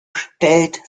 stellt